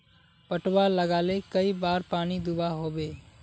पटवा लगाले कई बार पानी दुबा होबे?